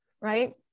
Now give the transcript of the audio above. right